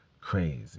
Crazy